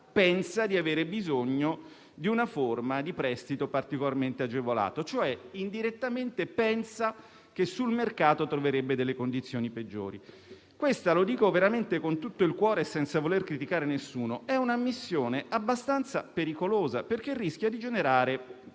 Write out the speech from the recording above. pensa di avere bisogno di una forma di prestito particolarmente agevolato, cioè indirettamente pensa che sul mercato troverebbe delle condizioni peggiori. Questa - lo dico veramente con tutto il cuore e senza voler criticare nessuno - è una ammissione abbastanza pericolosa, perché rischia di generare